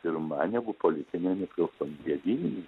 pirma negu politinė nepriklausomybė vilniuj